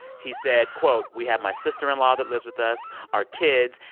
he said, quote, we have my sister-in-law that lives with us, our kids,